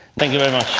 thank you very